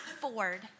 Ford